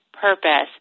purpose